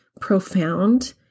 profound